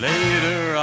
Later